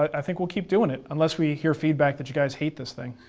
i think we'll keep doing it unless we hear feedback that you guys hate this thing.